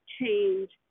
change